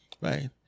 Right